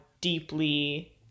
deeply